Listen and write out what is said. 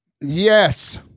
Yes